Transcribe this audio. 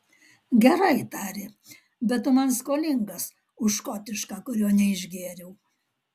gerai tarė bet tu man skolingas už škotišką kurio neišgėriau